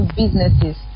businesses